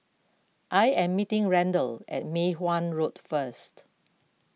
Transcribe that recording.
I am meeting Randal at Mei Hwan Road first